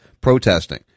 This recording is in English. protesting